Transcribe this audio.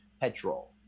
petrol